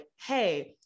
Hey